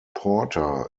porter